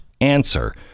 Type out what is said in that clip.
answer